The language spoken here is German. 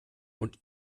und